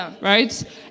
right